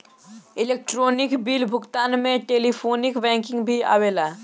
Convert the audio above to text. electronic bill भुगतान में telephonic banking भी आवेला